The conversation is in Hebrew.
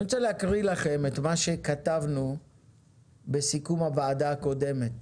אני רוצה להקריא לכם את מה שכתבנו בסיכום הוועדה הקודמת